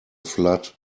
flood